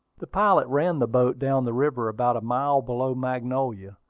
the pilot ran the boat down the river about a mile below magnolia,